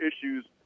issues